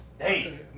Hey